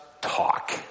talk